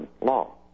law